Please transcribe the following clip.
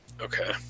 okay